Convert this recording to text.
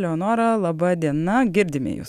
leonora laba diena girdime jus